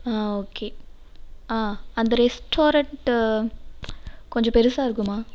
ஆ okay ஆ அந்த restaurant கொஞ்சம் பெருசாக இருக்குமா